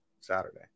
Saturday